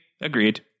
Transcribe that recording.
agreed